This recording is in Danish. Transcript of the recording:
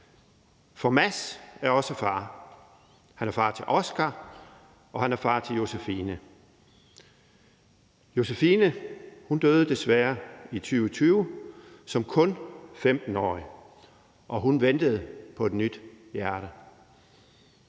Sebbelov er også far: Han er far til Oscar, og han er far til Josephine. Josephine døde desværre i 2020 som kun 15-årig, og hun ventede på et nyt hjerte.